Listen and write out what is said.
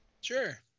Sure